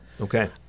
Okay